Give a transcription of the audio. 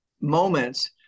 moments